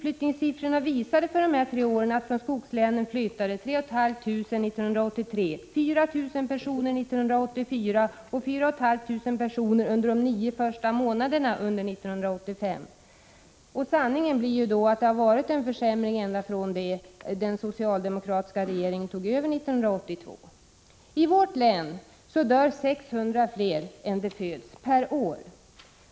Utflyttningssiffrorna för de här tre åren visar att det från skogslänen flyttade 3 500 personer år 1983, 4 000 år 1984 och 4 500 under de nio första månaderna 1985. Sanningen blir då den att det har försämrats ända sedan socialdemokraterna tog över 1982. I vårt län överstiger antalet döda per år antalet födda med 600.